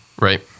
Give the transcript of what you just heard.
Right